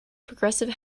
progressive